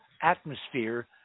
atmosphere